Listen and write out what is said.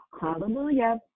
hallelujah